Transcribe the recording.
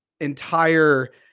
entire